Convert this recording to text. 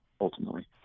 ultimately